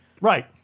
Right